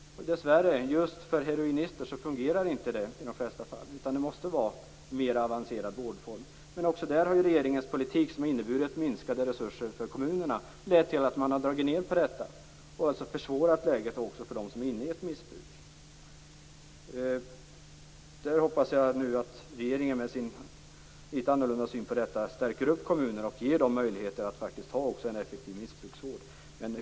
Den fungerar i de flesta fall dessvärre inte just för heroinister. Det måste vara en mer avancerad vårdform. Också där har regeringens politik, som har inneburit minskade resurser för kommunerna, lett till att man har dragit ned och försvårat läget för dem som är inne i ett missbruk. Jag hoppas nu att regeringen, som har en litet annorlunda syn på detta, stärker kommunerna och ger dem möjlighet att bedriva en effektiv missbrukarvård.